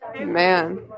Man